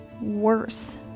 worse